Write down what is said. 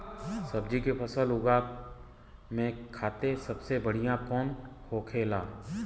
सब्जी की फसल उगा में खाते सबसे बढ़ियां कौन होखेला?